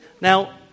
Now